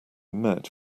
met